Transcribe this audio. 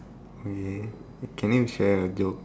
okay can you share a joke